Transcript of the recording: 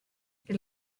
que